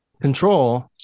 Control